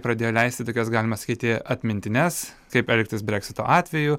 pradėjo leisti tokias galima sakyti atmintines kaip elgtis breksito atveju